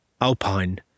Alpine